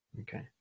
Okay